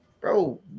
bro